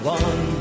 one